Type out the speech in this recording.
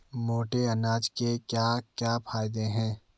मोटे अनाज के क्या क्या फायदे हैं?